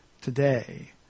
today